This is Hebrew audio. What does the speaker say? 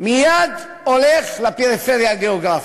מייד הולך לפריפריה הגיאוגרפית,